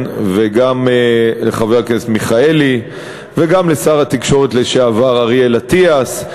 וגם לחבר הכנסת מיכאלי וגם לשר התקשורת לשעבר אריאל אטיאס,